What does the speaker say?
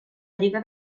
lliga